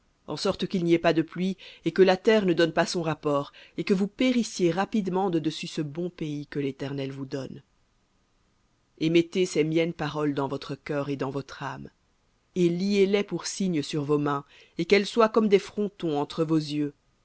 en sorte qu'il n'y ait pas de pluie et que la terre ne donne pas son rapport et que vous périssiez rapidement de dessus ce bon pays que l'éternel vous donne et mettez ces miennes paroles dans votre cœur et dans votre âme et liez les pour signes sur vos mains et qu'elles soient comme des fronteaux entre vos yeux